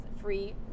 free